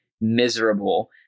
miserable